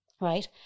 right